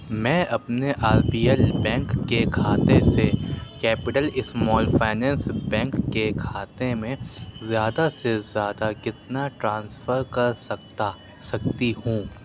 میں اپنے R B L bank کےکھاتے سے کیپیٹل اسمال فائنینس بینک کے کھاتے میں زیادہ سے زیادہ کتنا ٹرانسفر کر سکتا سکتی ہوں